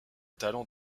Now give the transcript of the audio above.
talent